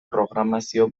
programazio